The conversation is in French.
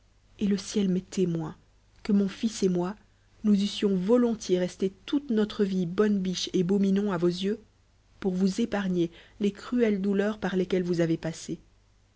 et le ciel m'est témoin que mon fils et moi nous eussions volontiers resté toute notre vie bonne biche et beau minon à vos yeux pour vous épargner les cruelles douleurs par lesquelles vous avez passé